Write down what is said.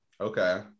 Okay